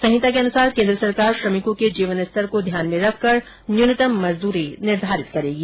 संहिता के अनुसार केंद्र सरकार श्रमिकों के जीवन स्तर को ध्यान में रखकर न्यूनतम मजदूरी निर्धारित करेगी